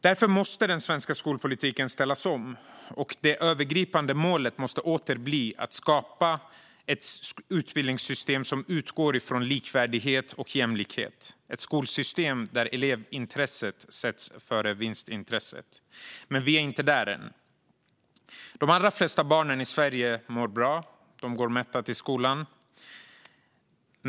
Därför måste den svenska skolpolitiken ställas om. Det övergripande målet måste åter bli att skapa ett utbildningssystem som utgår från likvärdighet och jämlikhet och ett skolsystem där elevintresset sätts före vinstintresset. Men vi är inte där än. De allra flesta barn i Sverige mår bra. De går mätta till skolan.